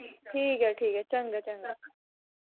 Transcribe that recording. ठीक ऐ ठीक ऐ चंगा चंगा